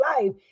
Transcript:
life